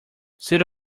sit